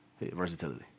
Versatility